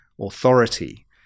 authority